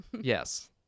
Yes